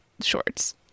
shorts